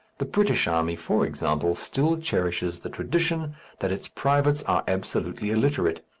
the british army, for example, still cherishes the tradition that its privates are absolutely illiterate,